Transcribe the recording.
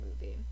movie